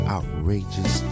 Outrageous